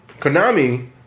Konami